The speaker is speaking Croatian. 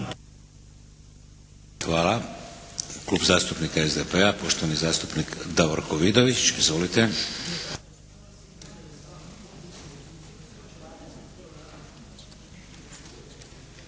Hvala. Klub zastupnika SDP-a poštovani zastupnik Davorko Vidović. Izvolite.